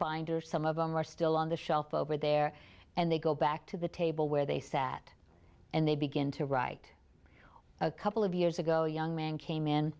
binders some of them are still on the shelf over there and they go back to the table where they sat and they begin to write a couple of years ago young man came in